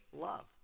Love